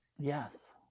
yes